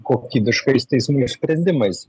kokybiškais teismų sprendimais